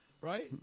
Right